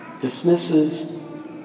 dismisses